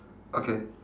okay